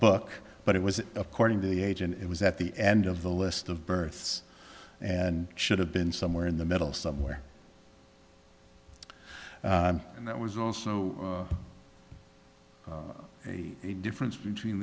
book but it was according to the agent it was at the end of the list of births and should have been somewhere in the middle somewhere and that was also a difference between